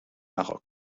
maroc